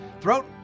Throat